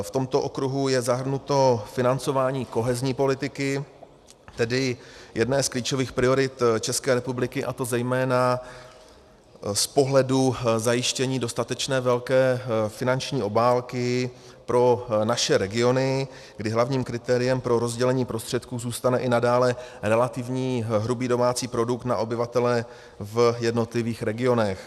V tomto okruhu je zahrnuto financování kohezní politiky, tedy jedné z klíčových priorit České republiky, a to zejména z pohledu zajištění dostatečně velké finanční obálky pro naše regiony, kdy hlavním kritériem pro rozdělení prostředků zůstane i nadále relativní hrubý domácí produkt na obyvatele v jednotlivých regionech.